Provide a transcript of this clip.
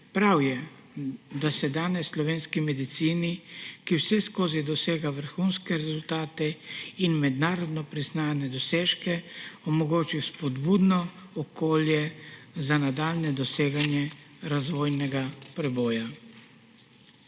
Prav je, da se danes slovenski medicini, ki vseskozi dosega vrhunske rezultate in mednarodno priznane dosežke, omogoči spodbudno okolje za nadaljnje doseganje razvojnega preboja.